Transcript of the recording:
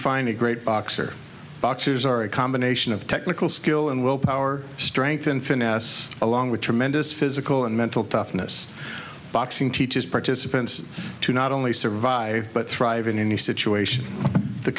define a great boxer boxers are a combination of technical skill and willpower strength and finesse along with tremendous physical and mental toughness boxing teaches participants to not only survive but thrive in any situation the